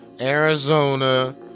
Arizona